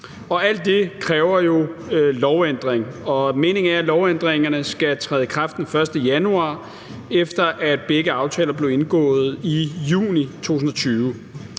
Alt det kræver jo lovændringer, og meningen er, at lovændringerne skal træde i kraft den 1. januar, efter at begge aftaler blev indgået i juni 2020.